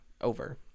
over